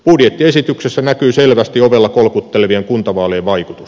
budjettiesityksessä näkyy selvästi ovella kolkuttelevien kuntavaalien vaikutus